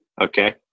okay